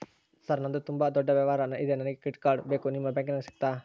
Sir ನಂದು ತುಂಬಾ ದೊಡ್ಡ ವ್ಯವಹಾರ ಇದೆ ನನಗೆ ಕ್ರೆಡಿಟ್ ಕಾರ್ಡ್ ಬೇಕು ನಿಮ್ಮ ಬ್ಯಾಂಕಿನ್ಯಾಗ ಸಿಗುತ್ತಾ?